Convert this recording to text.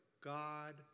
God